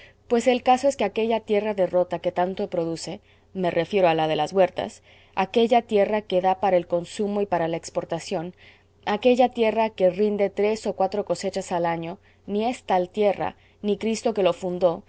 pues es el caso que aquella tierra de rota que tanto produce me refiero a la de las huertas aquella tierra que da para el consumo y para la exportación aquella tierra que rinde tres o cuatro cosechas al año ni es tal tierra ni cristo que lo fundó